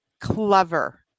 clever